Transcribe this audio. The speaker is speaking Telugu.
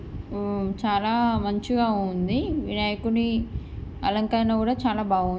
చాలా మంచిగా ఉంది వినాయకుని అలంకరణ కూడా చాలా బాగుంది